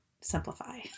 simplify